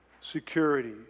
security